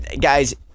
Guys